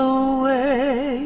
away